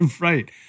right